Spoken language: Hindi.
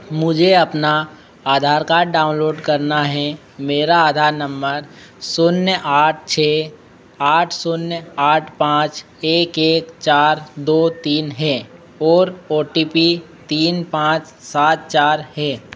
मुझे अपना आधार कार्ड डाउनलोड करना है मेरा आधार नंबर शून्य आठ छः आठ शून्य आठ पाँच एक एक चार दो तीन है और ओ टी पी तीन पाँच चार सात हे